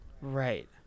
Right